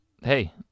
Hey